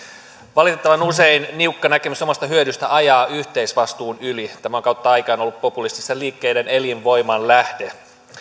valitettavan usein niukka näkemys omasta hyödystä ajaa yhteisvastuun yli tämä on kautta aikain ollut populististen liikkeiden elinvoiman lähde